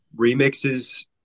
remixes